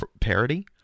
parity